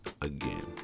again